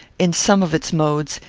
in some of its modes,